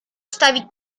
stawić